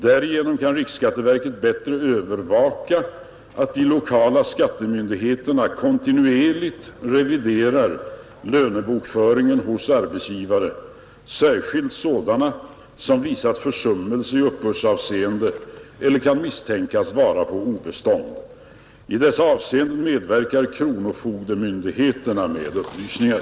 Därigenom kan riksskatteverket bättre övervaka att de lokala skattemyndigheterna kontinuerligt reviderar lönebokföringen hos arbetsgivare, särskilt sådana som visat försummelse i uppbördsavseende eller kan misstänkas vara på obestånd. I dessa avseenden medverkar kronofogdemyndigheterna med upplysningar.